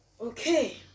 okay